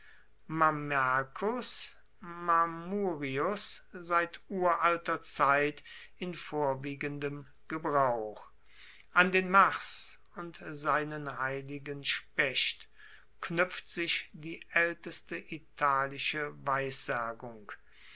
mamercus mamurius seit uralter zeit in vorwiegendem gebrauch an den mars und seinen heiligen specht knuepft sich die aelteste italische weissagung